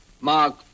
Mark